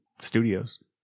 studios